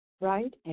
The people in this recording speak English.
right